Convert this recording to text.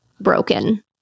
broken